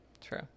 True